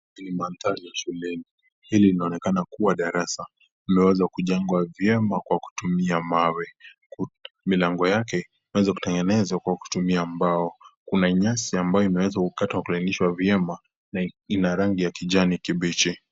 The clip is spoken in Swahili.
Ni mandhari ya shuleni. Hili linaonekana kuwa darasa. Limeweza kujengwa vyema kwa kutumia mawe. Milango yake, imeweza kutengenezwa kwa kutumia mbao. Kuna nyasi ambayo imeweza kukatwa kulainishwa vyema na ina rangi ya kijani kibichi.